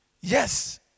Yes